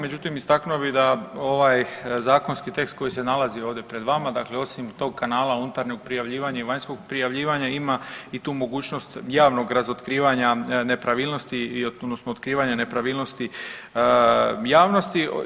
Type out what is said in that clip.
Međutim, istaknuo bih da ovaj zakonski tekst koji se nalazi ovdje pred vama, dakle osim tog kanala unutarnjeg prijavljivanja i vanjskog prijavljivanja ima i tu mogućnost javnog razotkrivanja nepravilnosti odnosno otkrivanja nepravilnosti javnosti.